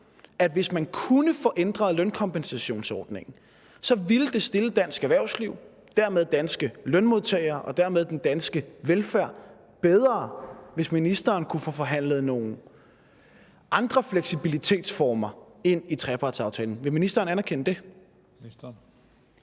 at hvis man kunne få ændret lønkompensationsordningen, ville det stille dansk erhvervsliv og dermed danske lønmodtagere og dermed den danske velfærd bedre, hvis ministeren kunne få forhandlet nogle andre fleksibilitetsformer ind i trepartsaftalen? Vil ministeren anerkende det?